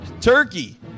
turkey